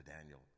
Daniel